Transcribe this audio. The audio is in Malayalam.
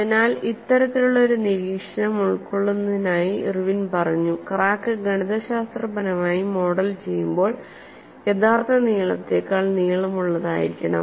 അതിനാൽ ഇത്തരത്തിലുള്ള ഒരു നിരീക്ഷണം ഉൾക്കൊള്ളുന്നതിനായി ഇർവിൻ പറഞ്ഞു ക്രാക്ക് ഗണിതശാസ്ത്രപരമായി മോഡൽ ചെയ്യുമ്പോൾ യഥാർത്ഥ നീളത്തേക്കാൾ നീളമുള്ളതായിരിക്കണം